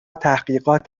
تحقیقات